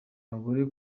abagore